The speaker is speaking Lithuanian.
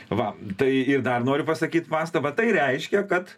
va tai ir dar noriu pasakyt pastabą tai reiškia kad